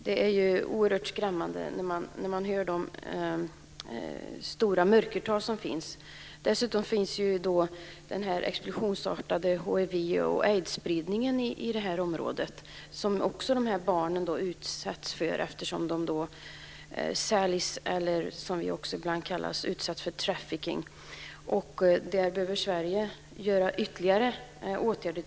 Det är oerhört skrämmande när man hör de stora mörkertal som finns. Dessutom finns ju den explosionsartade hiv och aidsspridningen i detta område, som dessa barn också utsätts för eftersom de säljs eller utsätts för det som vi ibland kallar för trafficking. Där tycker jag att Sverige behöver vidta ytterligare åtgärder.